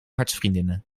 hartsvriendinnen